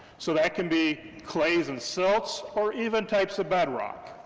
so that can be clays and silts, or even types of bedrock.